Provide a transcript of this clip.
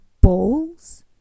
balls